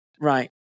Right